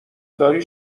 داری